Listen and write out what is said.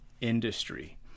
industry